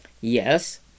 Yes